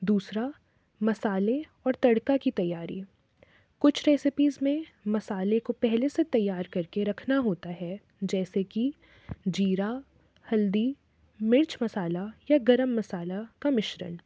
दूसरा मसाले और तड़का की तैयारी कुछ रेसिपीस में मसाले को पहले से तैयार करके रखना होता है जैसे कि जीरा हल्दी मिर्च मसाला या गरम मसाला का मिश्रण